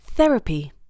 Therapy